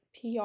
PR